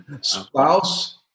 spouse